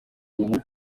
ubu